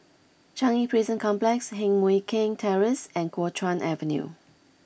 Changi Prison Complex Heng Mui Keng Terrace and Kuo Chuan Avenue